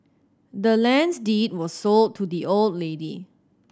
the land's deed was sold to the old lady